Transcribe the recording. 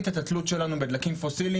הרצנו.